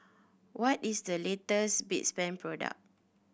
what is the latest product